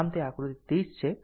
આમ તે આકૃતિ 30 છે